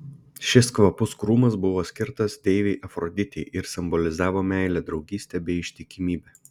šis kvapus krūmas buvo skirtas deivei afroditei ir simbolizavo meilę draugystę bei ištikimybę